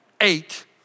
eight